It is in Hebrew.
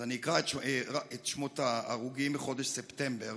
אז אקרא את שמות ההרוגים בחודש ספטמבר